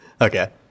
Okay